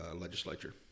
legislature